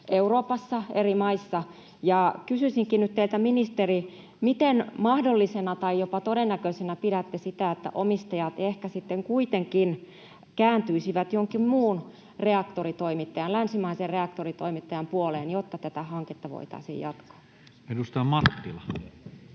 Euroopassa eri maissa. Kysyisinkin nyt teiltä, ministeri: miten mahdollisena tai jopa todennäköisenä pidätte sitä, että omistajat ehkä sitten kuitenkin kääntyisivät jonkin muun reaktoritoimittajan, länsimaisen reaktoritoimittajan, puoleen, jotta tätä hanketta voitaisiin jatkaa? [Speech 53]